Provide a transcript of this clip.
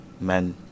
men